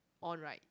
on right